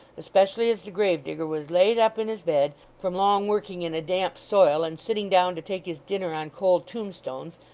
especially as the grave-digger was laid up in his bed, from long working in a damp soil and sitting down to take his dinner on cold tombstones,